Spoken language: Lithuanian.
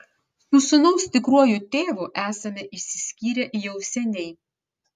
su sūnaus tikruoju tėvu esame išsiskyrę jau seniai